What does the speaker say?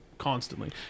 Constantly